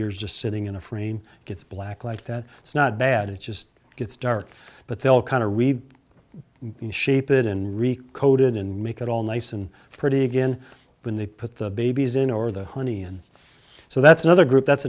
years just sitting in a frame gets black like that it's not bad it's just it's dark but they'll kind of shape it in recoated and make it all nice and pretty again when they put the babies in or the honey and so that's another group that's